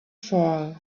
fall